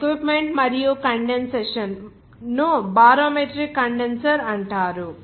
కాబట్టి ఎక్విప్మెంట్ మరియు కండెన్సషన్ ను బారో మెట్రిక్ కండెన్సర్ అంటారు